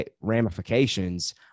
ramifications